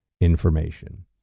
information